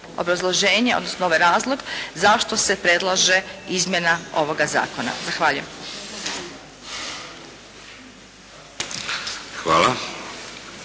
obrazloženje odnosno ovo je razlog zašto se predlaže izmjena ovoga zakona. Zahvaljujem.